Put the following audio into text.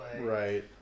Right